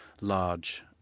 large